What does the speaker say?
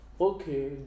Okay